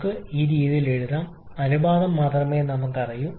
നമുക്ക് ഈ രീതിയിൽ എഴുതാം അനുപാതം മാത്രമേ നമുക്ക് അറിയൂ